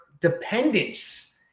dependence